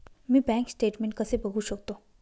मी bank statement कसे बघू शकतो?